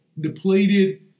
depleted